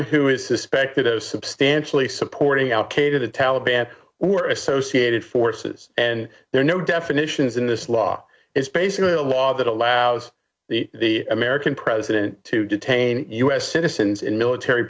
who is suspected of substantially supporting al qaeda the taliban were associated forces and there are no definitions in this law it's basically a law that allows the american president to detain u s citizens in military